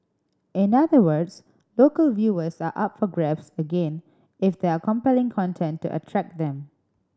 in other words local viewers are up for grabs again if there are compelling content to attract them